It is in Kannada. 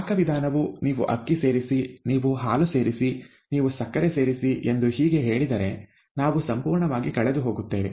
ಪಾಕವಿಧಾನವು ನೀವು ಅಕ್ಕಿ ಸೇರಿಸಿ ನೀವು ಹಾಲು ಸೇರಿಸಿ ನೀವು ಸಕ್ಕರೆ ಸೇರಿಸಿ ಎಂದು ಹೀಗೆ ಹೇಳಿದರೆ ನಾವು ಸಂಪೂರ್ಣವಾಗಿ ಕಳೆದುಹೋಗುತ್ತೇವೆ